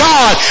God